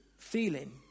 Feeling